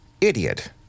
idiot